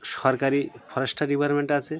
সরকারি forest department আছে